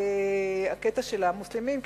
הקטע של המוסלמים,